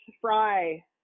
fry